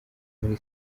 muri